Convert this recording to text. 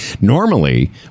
normally